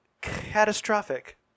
Catastrophic